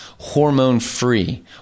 hormone-free